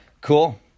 Cool